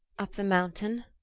up the mountain,